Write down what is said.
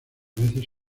veces